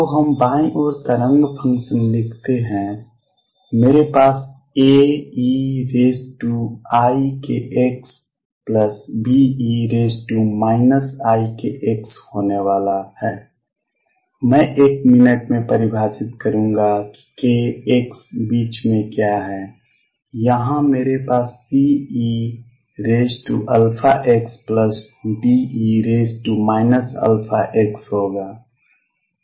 तो हम बाईं ओर तरंग फ़ंक्शन लिखते हैं मेरे पास AeikxB e ikx होने वाला है मैं एक मिनट में परिभाषित करूंगा कि k x बीच में क्या है यहाँ मेरे पास C eαxD e αx होगा